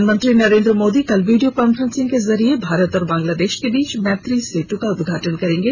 प्रधानमंत्री नरेन्द्र मोदी कल video conference के जरिए भारत और बंगलादेश के बीच मैत्री सेत् का उद्घाटन करेंगे